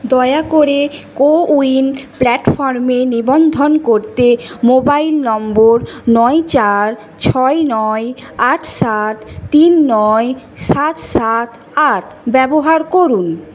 দয়া করে কোউইন প্ল্যাটফর্মে নিবন্ধন করতে মোবাইল নম্বর নয় চার ছয় নয় আট সাত তিন নয় সাত সাত আট ব্যবহার করুন